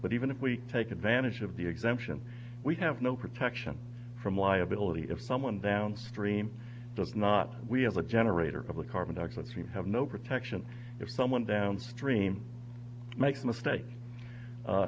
but even if we take advantage of the exemption we have no protection from liability if someone downstream does not we have a generator of the carbon dioxide seem to have no protection if someone downstream makes a mistake